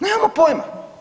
Nemamo pojima.